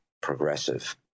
progressive